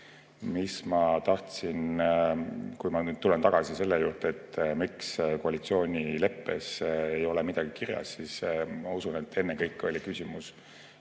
siiski teha. Kui ma nüüd tulen tagasi selle juurde, miks koalitsioonileppes ei ole midagi kirjas, siis ma usun, et ennekõike oli küsimus